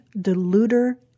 Deluder